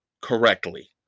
correctly